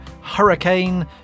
hurricane